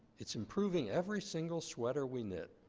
it's improving every single sweater we knit.